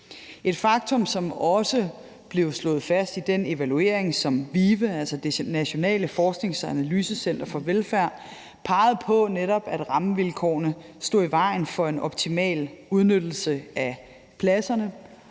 et faktum, som også blev slået fast i den evaluering, som VIVE, altså Det Nationale Forsknings- og Analysecenter for Velfærd, lavede. Man pegede netop på, at rammevilkårene stod i vejen for en optimal udnyttelse af pladserne.